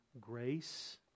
grace